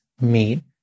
meet